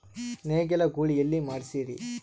ನೇಗಿಲ ಗೂಳಿ ಎಲ್ಲಿ ಮಾಡಸೀರಿ?